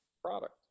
product